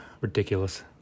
Ridiculous